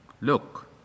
Look